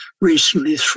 recently